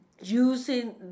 using